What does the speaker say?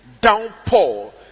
downpour